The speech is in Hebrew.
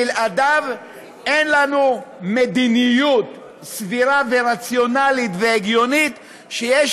בלעדיה אין לנו מדיניות סבירה ורציונלית והגיונית שיש